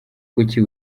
kuki